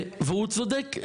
והוא צודק,